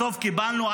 בסוף קיבלנו,